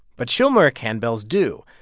but schulmerich handbells do.